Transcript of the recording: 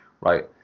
Right